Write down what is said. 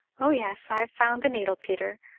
oh, yes, i've found the needle, peter,